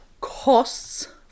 costs